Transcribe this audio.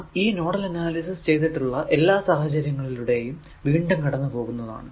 നാം ഈ nodal analysis ചെയ്തിട്ടുള്ള എല്ലാ സാഹചര്യങ്ങളിലൂടെയും വീണ്ടും കടന്നു പോകുന്നതാണ്